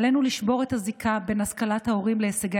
עלינו לשבור את הזיקה של השכלת ההורים להישגי